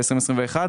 2021,